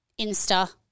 Insta